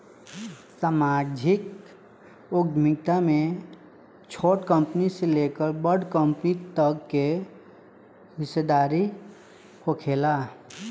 सामाजिक उद्यमिता में छोट कंपनी से लेकर बड़ कंपनी तक के हिस्सादारी होखेला